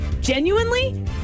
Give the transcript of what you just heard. Genuinely